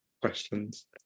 questions